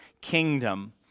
kingdom